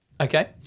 Okay